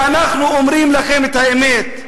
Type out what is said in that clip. ואנחנו אומרים לכם את האמת: